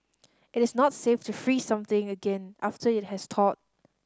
it is not safe to freeze something again after it has thawed